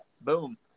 Boom